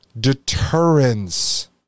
deterrence